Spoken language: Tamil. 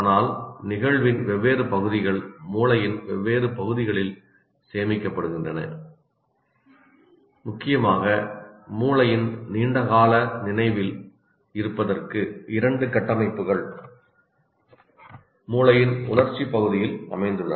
ஆனால் நிகழ்வின் வெவ்வேறு பகுதிகள் மூளையின் வெவ்வேறு பகுதிகளில் சேமிக்கப்படுகின்றன முக்கியமாக மூளையின் நீண்டகால நினைவில் இருப்பதற்கு இரண்டு கட்டமைப்புகள் மூளையின் உணர்ச்சி பகுதியில் அமைந்துள்ளன